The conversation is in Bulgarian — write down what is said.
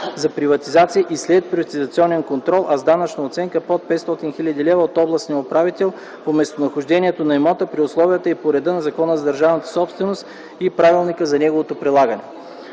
за приватизация и следприватизационен контрол, а с данъчна оценка под 500 хил. лв. - от областния управител по местонахождението на имота при условията и по реда на Закона за държавната собственост и правилника за неговото прилагане.